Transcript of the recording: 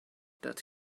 that